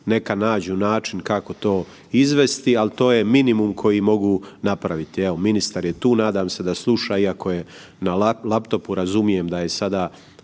neka nađu način kako to izvesti, al to je minimum koji mogu napraviti. Evo, ministar je tu, nadam se da sluša iako je na laptopu, razumijem da je sada